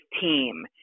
team